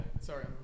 sorry